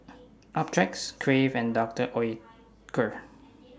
Optrex Crave and Doctor Oetker